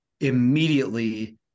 immediately